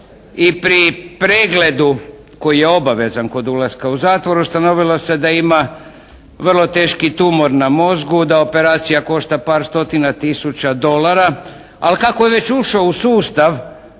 i pri pregledu koji je obavezan kod ulaska u zatvor ustanovilo se da ima vrlo teški tumor na mozgu. Da operacija košta par stotina tisuća dolara. Ali kako je već ušao u sustav